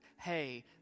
Hey